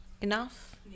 enough